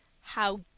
How